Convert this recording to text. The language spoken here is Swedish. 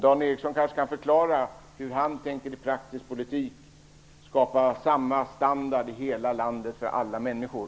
Dan Ericsson kanske kan förklara hur han i praktisk politik tänker skapa samma standard i hela landet för alla människor.